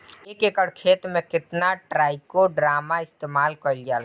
एक एकड़ खेत में कितना ट्राइकोडर्मा इस्तेमाल कईल जाला?